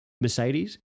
Mercedes